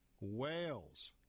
Wales